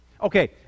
Okay